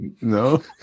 No